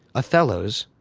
othello's,